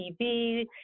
TV